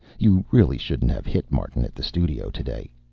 you really shouldn't have hit martin at the studio today.